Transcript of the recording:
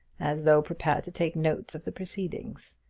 as though prepared to take notes of the proceedings.